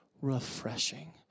refreshing